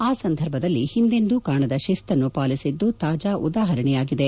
ಆ ಸಂದರ್ಭದಲ್ಲಿ ಹಿಂದೆಂದು ಕಾಣದ ಶಿಸ್ತನ್ನು ಪಾಲಿಸಿದ್ದು ತಾಜಾ ಉದಾಹರಣೆಯಾಗಿದೆ